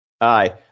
Aye